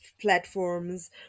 platforms